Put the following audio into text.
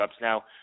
now